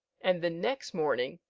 and the next morning,